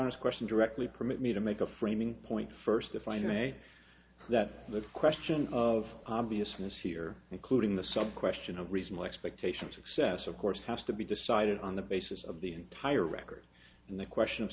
honest question directly permit me to make a framing point first to find the way that the question of obviousness here including the sub question a reasonable expectation of success of course has to be decided on the basis of the entire record and the question of